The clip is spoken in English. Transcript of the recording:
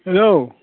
hello